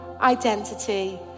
identity